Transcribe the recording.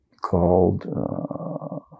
called